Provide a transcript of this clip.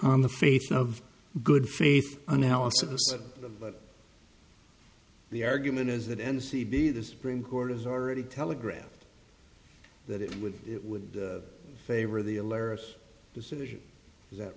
on the face of good faith analysis but the argument is that n c b the supreme court has already telegraph that it would it would favor the alerts decision that